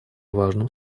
важным